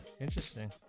Interesting